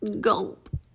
gulp